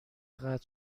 قطع